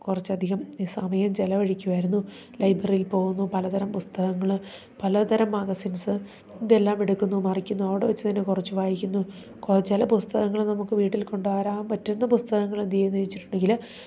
കുറച്ചധികം സമയം ചിലവഴിക്കുമായിരുന്നു ലൈബ്രറിയിൽ പോകുന്നു പലതരം പുസ്തകങ്ങൾ പലതരം മാഗസിൻസ് ഇതെല്ലാം എടുക്കുന്നു മറിക്കുന്നു അവിടെ വെച്ചു തന്നെ കുറച്ച് വായിക്കുന്നു കുറേ ചില പുസ്തകങ്ങൾ നമുക്ക് വീട്ടിൽ കൊണ്ടു വരാൻ പറ്റുന്ന പുസ്തകങ്ങൾ എന്തു ചെയ്യുന്നു ചോദിച്ചിട്ടുണ്ടെങ്കിൽ